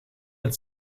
het